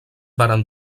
varen